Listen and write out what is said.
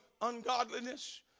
ungodliness